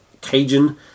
Cajun